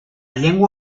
llengua